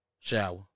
Shower